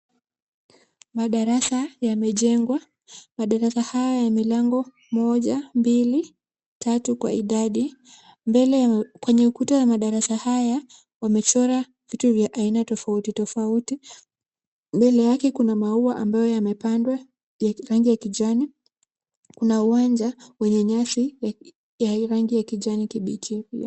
Madarasa yamejengwa, madarasa haya ya milango moja, mbili , tatu kwa idadi, mbele kwenye ukuta wa madarasa haya wamechora vitu vya aina tofauti tofauti. Mbele yake kuna maua ambayo yamepandwa ya rangi ya kijani. Kuna uwanja wenye nyasi ya rangi ya kijani kibichi pia.